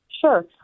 Sure